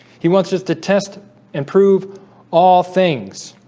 he wants us to test and prove all things